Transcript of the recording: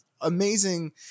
amazing